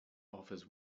offers